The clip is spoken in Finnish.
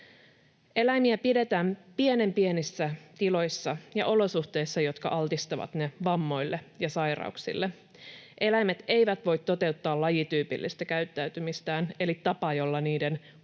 Eläimiä pidetään pienenpienissä tiloissa ja olosuhteissa, jotka altistavat ne vammoille ja sairauksille. Eläimet eivät voi toteuttaa lajityypillistä käyttäytymistään eli tapaa, jolla niiden kuuluisi